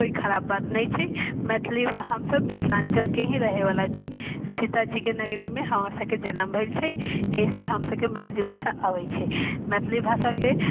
कोइ खराब बात नहि छै मैथिली हमसब मिथिलाञ्चलके ही रहैवला छी सीताजीके नगरीमे हमर सबके जनम भेल छै एहिसँ हमसबके मैथिली भाषा अबै छै मैथिली भाषाके